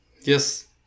yes